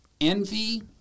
Envy